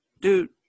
Dude